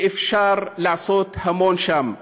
ואפשר לעשות המון שם.